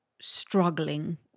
struggling